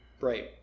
right